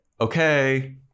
okay